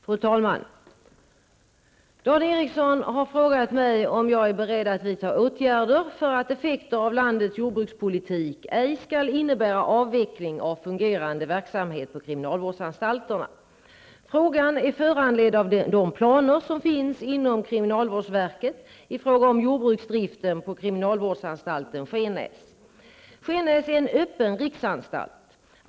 Fru talman! Dan Ericsson i Kolmården har frågat mig om jag är beredd att vidta åtgärder för att effekter av landets jordbrukspolitik ej skall innebära avveckling av fungerande verksamhet på kriminalvårdsanstalterna. Frågan är föranledd av de planer som finns inom kriminalvårdsverket i fråga om jordbruksdriften på kriminalvårdsanstalten Skenäs. Skenäs är en öppen riksanstalt.